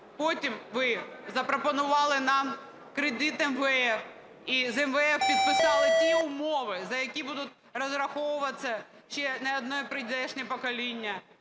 Потім ви запропонували нам кредит МВФ і з МВФ підписали ті умови, за які будуть розраховуватись ще не одне прийдешнє покоління.